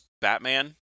Batman